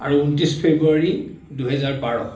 আৰু ঊনত্ৰিছ ফেব্ৰুৱাৰী দুহেজাৰ বাৰ